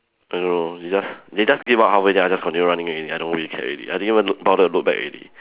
I don't know they just they just gave up halfway then I just continue running already I don't really care already I didn't even care bother to look back already